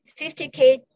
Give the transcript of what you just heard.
50K